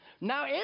Now